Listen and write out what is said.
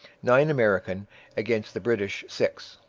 nine american against the british six.